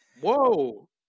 Whoa